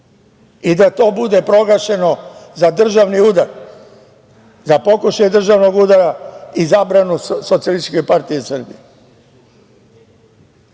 i da to bude proglašeno za državni udar, za pokušaj državnog udara i zabranu Socijalističke partije Srbije.